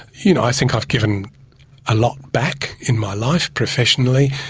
you know, i think i've given a lot back in my life professionally,